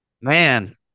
Man